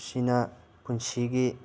ꯑꯁꯤꯅ ꯄꯨꯟꯁꯤꯒꯤ